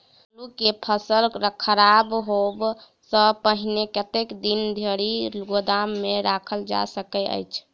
आलु केँ फसल खराब होब सऽ पहिने कतेक दिन धरि गोदाम मे राखल जा सकैत अछि?